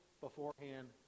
beforehand